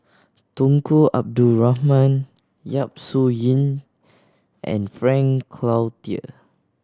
Tunku Abdul Rahman Yap Su Yin and Frank Cloutier